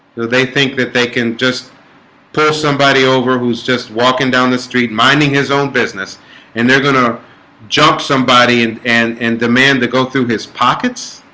though they think that they can just push somebody over who's just walking down the street minding his own business and they're gonna jump somebody and and and demand to go through his pockets